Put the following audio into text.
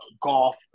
golf